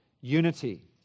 unity